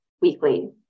weekly